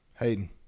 Hayden